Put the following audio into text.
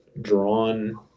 drawn